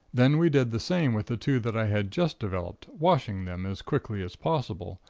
then we did the same with the two that i had just developed, washing them as quickly as possible,